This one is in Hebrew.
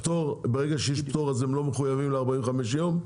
ברגע שיש פטור, הם לא מחויבים ל-45 יום?